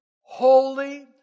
holy